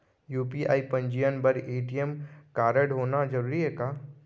UPI पंजीयन बर ATM कारडहोना जरूरी हे का?